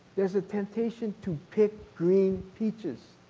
there's a temptation to pick green peaches